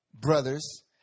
brothers